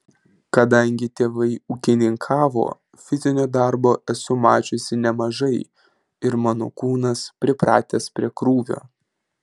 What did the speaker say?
kadangi tėvai ūkininkavo fizinio darbo esu mačiusi nemažai ir mano kūnas pripratęs prie krūvio